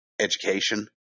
education